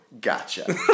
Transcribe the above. Gotcha